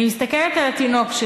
"אני מסתכלת על התינוק.